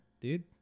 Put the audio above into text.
dude